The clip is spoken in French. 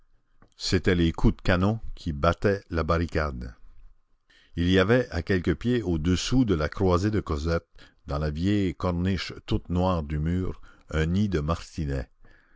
c'étaient les coups de canon qui battaient la barricade il y avait à quelques pieds au-dessous de la croisée de cosette dans la vieille corniche toute noire du mur un nid de martinets